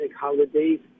holidays